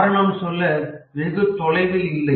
காரணம் சொல்ல வெகு தொலைவில் இல்லை